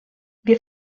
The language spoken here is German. wir